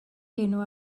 enw